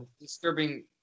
disturbing